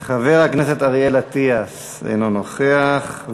חבר הכנסת אריאל אטיאס, אינו נוכח.